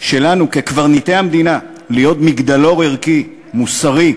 שלנו כקברניטי המדינה להיות מגדלור ערכי, מוסרי,